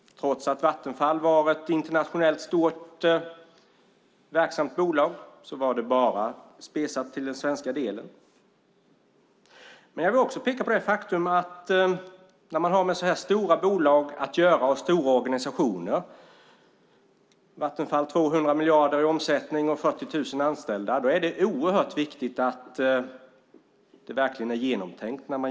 Trots att Vattenfall var ett stort internationellt verksamt bolag var ägardirektiven bara specificerade till den svenska delen. Jag vill också peka på det faktum att när man har med stora bolag och organisationer att göra - Vattenfall har 200 miljarder i omsättning och 40 000 anställda - är det oerhört viktigt att de nya ägardirektiven är väl genomtänkta.